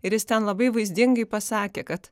ir jis ten labai vaizdingai pasakė kad